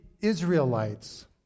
Israelites